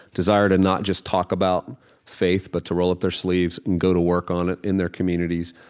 desire to not just talk about faith, but to roll up their sleeves and go to work on it in their communities.